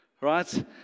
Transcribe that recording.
Right